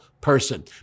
person